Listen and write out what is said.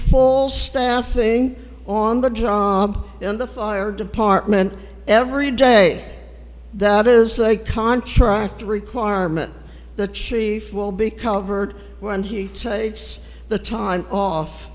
full staffing on the job in the fire department every day that is like contract requirement the chief will be covered when he the time off